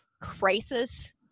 crisis